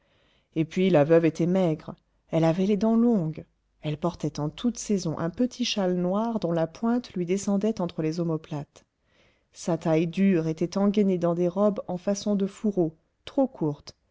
et puis la veuve était maigre elle avait les dents longues elle portait en toute saison un petit châle noir dont la pointe lui descendait entre les omoplates sa taille dure était engainée dans des robes en façon de fourreau trop courtes